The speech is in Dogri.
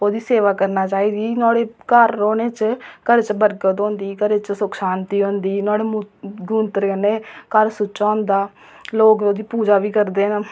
ओह्दी सेवा करना चाहिदी नुहाड़े घर रौह्ने च नुहाड़े च बरकत होंदी घर च सुख शांति होंदी नुहाड़े गूंत्तर कन्नै घर सुच्चा होंदा लोग ओह्दी पूजा बी करदे न